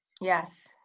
Yes